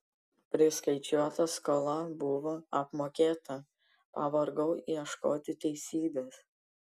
priskaičiuota skola buvo apmokėta pavargau ieškoti teisybės